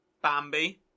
Bambi